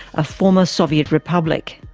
a former soviet republic.